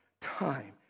time